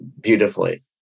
beautifully